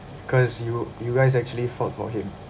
cause you you guys actually fought for him